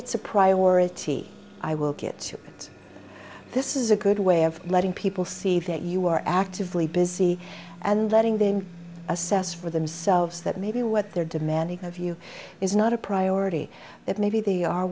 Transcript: it's a priority i will get to it this is a good way of letting people see that you are actively busy and letting them assess for themselves that maybe what they're demanding of you is not a priority that maybe they are